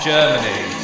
Germany